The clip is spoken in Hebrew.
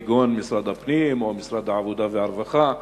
כגון משרד הפנים ומשרד העבודה והרווחה.